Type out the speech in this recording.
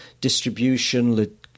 distribution